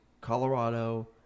Colorado